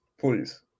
please